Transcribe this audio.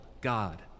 God